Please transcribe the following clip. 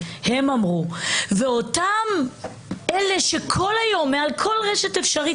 למצב שאותם עיתונאים שהם כל השנה הזו ליטפו,